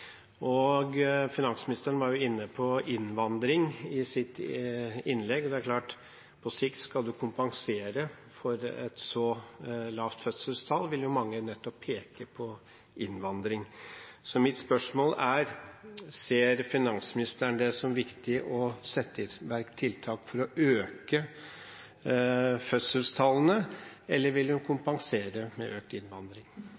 1,71. Finansministeren var inne på innvandring i sitt innlegg. Skal man kompensere for et så lavt fødselstall på sikt, vil mange nettopp peke på innvandring. Mitt spørsmål er: Ser finansministeren det som viktig å sette i verk tiltak for å øke fødselstallene, eller vil hun